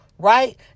right